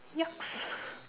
yup